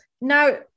Now